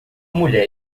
mulher